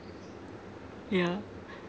yeah